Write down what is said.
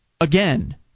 again